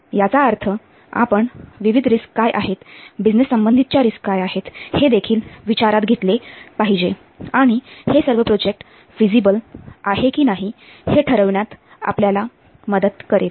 याचा अर्थ आपण विविध रिस्क काय आहेत बिझनेस संबंधित च्या रिस्क काय आहेत हे देखील विचारात घेतले पाहिजे आणि हे सर्व प्रोजेक्ट फिझीबल आहे कि नाही हे ठरविण्यात आपल्याला मदत करेल